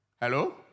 Hello